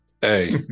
hey